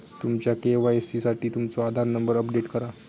तुमच्या के.वाई.सी साठी तुमचो आधार नंबर अपडेट करा